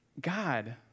God